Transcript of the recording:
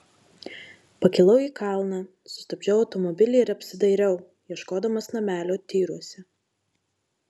pakilau į kalną sustabdžiau automobilį ir apsidairiau ieškodamas namelio tyruose